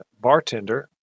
bartender